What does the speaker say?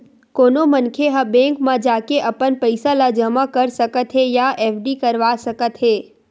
कोनो मनखे ह बेंक म जाके अपन पइसा ल जमा कर सकत हे या एफडी करवा सकत हे